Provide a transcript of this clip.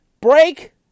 break